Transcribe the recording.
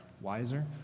wiser